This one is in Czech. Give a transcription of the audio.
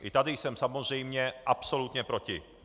I tady jsem samozřejmě absolutně proti.